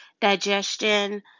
digestion